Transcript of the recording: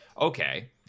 okay